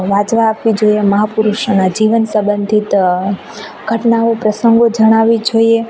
વાંચવા આપવી જોઈએ મહાપુરુષના જીવન સબંધિત ઘટનાઓ પ્રંસગો જણાવવા જોઈએ